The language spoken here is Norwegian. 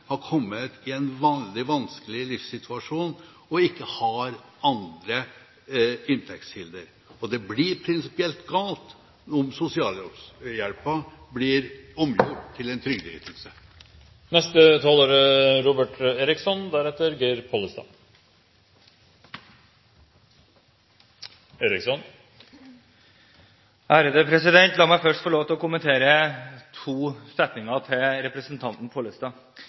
har kommet i en veldig vanskelig livssituasjon, og som ikke har andre inntektskilder. Det blir prinsipielt galt om sosialhjelpen blir omgjort til en trygdeytelse. La meg først kommentere noen setninger til representanten Pollestad.